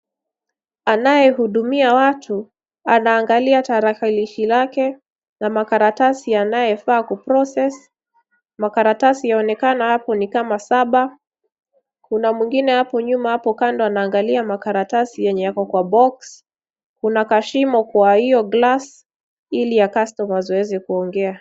Anayehudumia watu anaangalia tarakilishi lake na karatasi anayofaa kuprocess . Karatasi yanaonekana ni kama saba. Kuna mwingine hao nyuma hapo kando anaangalia karatasi yako kwenye boc . Kuna kashimo kwa hiyo glass ili kastoma aweze kuongea.